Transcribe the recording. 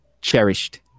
cherished